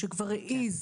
שכבר העז,